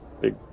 big